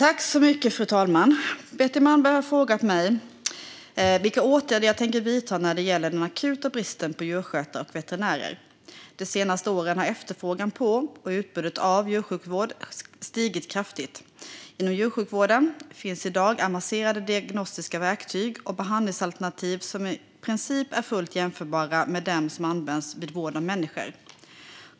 Fru talman! Betty Malmberg har frågat mig vilka åtgärder jag tänker vidta när det gäller den akuta bristen på djursjukskötare och veterinärer. De senaste åren har efterfrågan på och utbudet av djursjukvård stigit kraftigt. Inom djursjukvården finns i dag avancerade diagnostiska verktyg och behandlingsalternativ som i princip är fullt jämförbara med dem som används vid vård av människor.